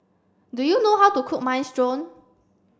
do you know how to cook Minestrone